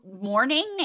morning